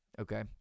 okay